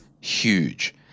huge